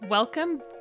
Welcome